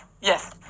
yes